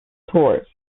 tours